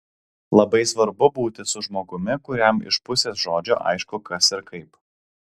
labai svarbu būti su žmogumi kuriam iš pusės žodžio aišku kas ir kaip